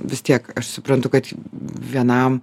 vis tiek aš suprantu kad vienam